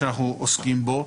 שאנחנו עוסקים בו,